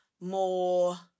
more